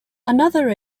another